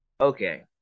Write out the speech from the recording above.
okay